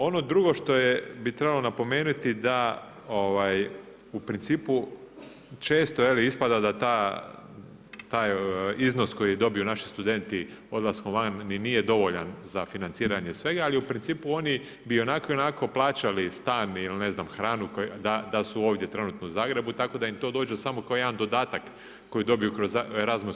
Ono drugo što bi trebalo napomenuti da u principu često ispada da taj iznos koji dobiju naši studenti odlaskom van nije dovoljan za financiranje svega, ali u principu oni bi i onako onako plaćali stan ili hranu da su ovdje trenutno u Zagrebu, tako da im to dođe samo kao jedan dodatak koji dobiju kroz ERASMUS+